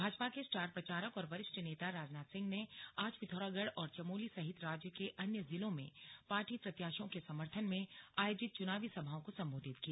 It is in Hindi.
भाजपा के स्टार प्रचारक और वरिष्ठ नेता राजनाथ सिंह ने आज पिथौरागढ़ और चमोली सहित राज्य के अन्य जिलों में पार्टी प्रत्याशियों के समर्थन में आयोजित चुनावी सभाओं को संबोधित किया